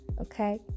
okay